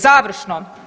Završno.